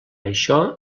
això